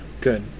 good